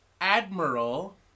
Admiral